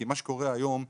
כי מה שקורה היום,